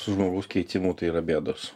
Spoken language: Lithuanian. su žmogaus keitimu tai yra bėdos